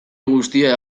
guztia